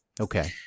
okay